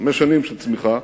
חמש שנים של צמיחה,